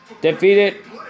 Defeated